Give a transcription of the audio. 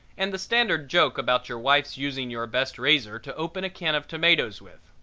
and the standard joke about your wife's using your best razor to open a can of tomatoes with.